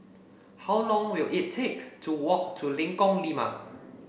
how long will it take to walk to Lengkong Lima